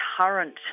current